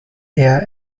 eher